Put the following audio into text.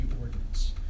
ordinance